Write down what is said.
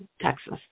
Texas